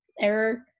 error